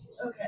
Okay